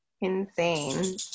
insane